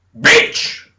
Bitch